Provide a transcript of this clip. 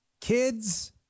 kids